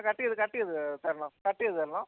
cut ചെയ്ത് cut ചെയ്ത് തരണം കട്ട് ചെയ്ത് തരണം